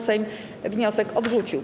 Sejm wniosek odrzucił.